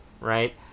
right